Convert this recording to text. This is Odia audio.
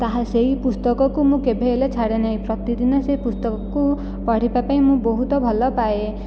ତାହା ସେହି ପୁସ୍ତକକୁ ମୁଁ କେବେ ହେଲେ ଛାଡ଼େନାହିଁ ପ୍ରତିଦିନ ସେ ପୁସ୍ତକକୁ ପଢ଼ିବା ପାଇଁ ମୁଁ ବହୁତ ଭଲପାଏ